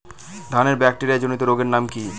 ধানের ব্যাকটেরিয়া জনিত রোগের নাম কি?